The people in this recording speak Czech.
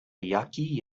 jaký